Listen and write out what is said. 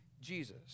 Jesus